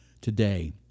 today